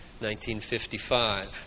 1955